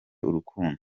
urukundo